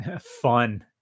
Fun